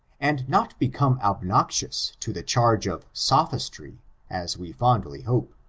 and not become obnoxious to the charge of sophistry as we fondly hope.